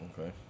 Okay